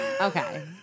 Okay